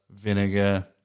vinegar